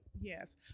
Yes